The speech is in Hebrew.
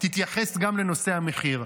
תתייחס גם לנושא המחיר.